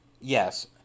Yes